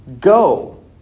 go